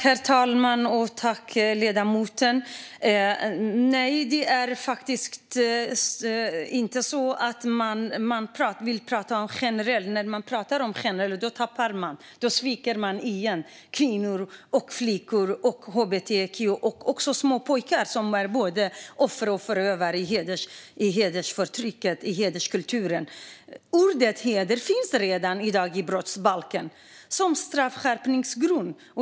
Herr talman! Ledamoten! Nej, man vill faktiskt inte prata om det generellt. När man pratar om det generellt tappar man det. Då sviker man igen kvinnor, flickor, hbtq-personer och även små pojkar, som är både offer och förövare i hederskulturen. Ordet heder finns redan i dag i brottsbalken som straffskärpningsgrund.